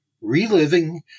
Reliving